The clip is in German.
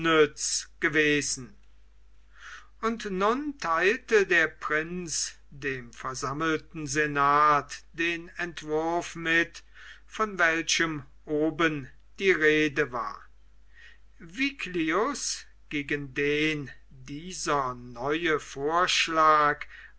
gewesen und nun theilte der prinz dem versammelten senat den entwurf mit von welchem oben die rede war viglius gegen den dieser neue vorschlag